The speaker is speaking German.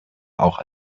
auch